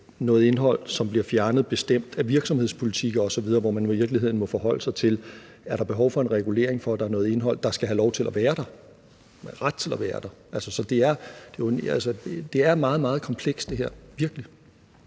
noget indhold, som bliver fjernet, som er bestemt af virksomhedspolitikker osv., hvor man i virkeligheden må forholde sig til, om der er behov for en regulering, for at der er noget indhold, der skal have lov til at være der – med ret til at være der. Altså, det her er virkelig